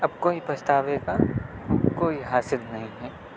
اب کوئی پچھتاوے کا کوئی حاصل نہیں ہے